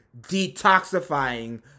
detoxifying